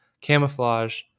camouflage